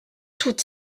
toutes